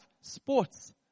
sports